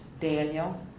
Daniel